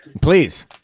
Please